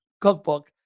cookbook